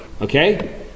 Okay